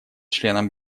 членам